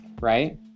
right